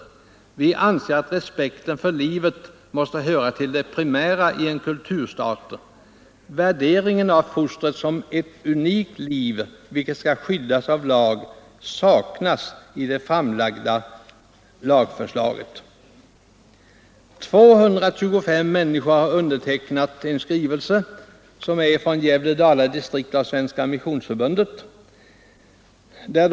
Vi anser att respekten för livet måste höra till det primära i en kulturstat. Värderingen av fostret som ett unikt liv vilket skall skyddas av lag, saknas i det framlagda lagförslaget.” En skrivelse från Gävle-Dala distrikt av Svenska missionsförbundet har undertecknats av 225 personer.